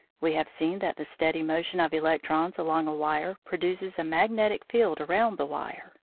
we have seen that the steady motion of electrons along a wire produces a magnetic field around the wire.